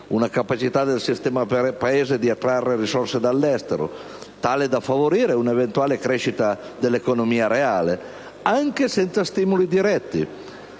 una capacità del sistema Paese di attrarre risorse dall'estero, tale da favorire un'eventuale crescita dell'economia reale, anche senza stimoli diretti.